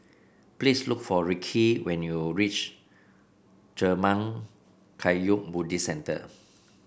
please look for Rickey when you reach Zurmang Kagyud Buddhist Centre